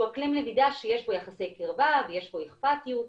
אקלים למידה שיש בו יחסי קירבה ויש בו אכפתיות,